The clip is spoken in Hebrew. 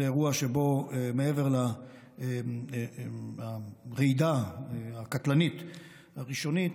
זה אירוע שבו מעבר לרעידה הקטלנית הראשונית,